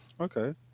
Okay